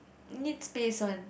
needs space one